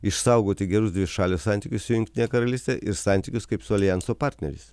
išsaugoti gerus dvišalius santykius su jungtine karalyste ir santykius kaip su aljanso partneriais